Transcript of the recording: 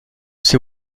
sais